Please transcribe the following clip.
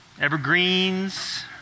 Evergreens